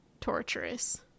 torturous